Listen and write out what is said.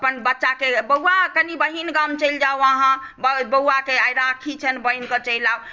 अपन बच्चाकेँ बौआ कनि बहिन गाम चलि जाउ अहाँ बौआकेँ आइ राखी छनि बहिन कन चलि आउ